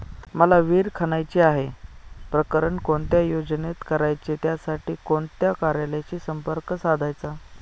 मला विहिर खणायची आहे, प्रकरण कोणत्या योजनेत करायचे त्यासाठी कोणत्या कार्यालयाशी संपर्क साधायचा?